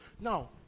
Now